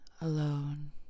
alone